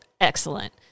excellent